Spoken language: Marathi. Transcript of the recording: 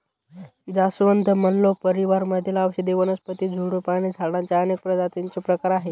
जास्वंद, मल्लो परिवार मधील औषधी वनस्पती, झुडूप आणि झाडांच्या अनेक प्रजातींचे प्रकार आहे